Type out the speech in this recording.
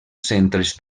centres